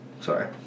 Sorry